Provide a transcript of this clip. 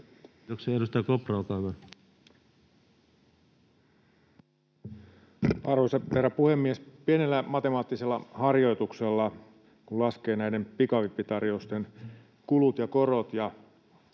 Arvoisa herra puhemies! Kun pienellä matemaattisella harjoituksella laskee näiden pikavippitarjousten kulut ja korot